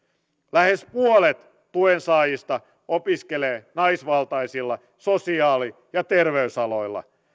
lähes puolet tuensaajista opiskelee naisvaltaisilla sosiaali ja terveysaloilla